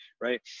Right